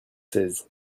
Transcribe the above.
seize